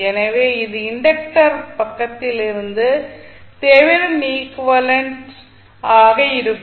எனவே இது இண்டக்டர் பக்கத்திலிருந்து தெவெனின் ஈக்விவலெண்ட் ஆக இருக்கும்